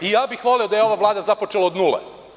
I ja bih voleo da je ova Vlada započela od nule.